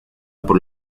por